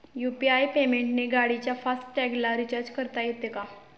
UPI पेमेंटने गाडीच्या fast टॅगला रिर्चाज करता येते का?